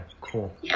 cool